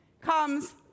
comes